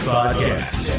Podcast